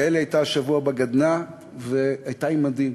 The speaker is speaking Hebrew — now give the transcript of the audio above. יעלי הייתה השבוע בגדנ"ע והייתה עם מדים.